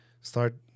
start